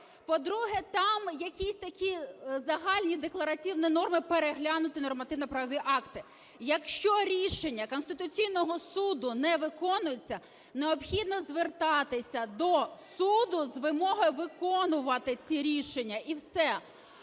По-друге, там якісь такі загальні деклараційні норми: переглянути нормативно-правові акти. Якщо рішення Конституційного Суду не виконується, необхідно звертатися до суду з вимогою виконувати ці рішення, і все.